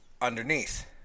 underneath